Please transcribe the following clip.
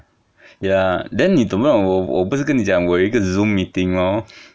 ya then 你懂不懂我我不是跟你讲我有一个 zoom meeting 咯